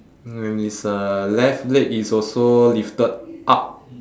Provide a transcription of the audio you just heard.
and his uh left leg is also lifted up